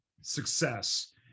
success